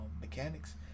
mechanics